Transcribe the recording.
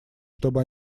чтобы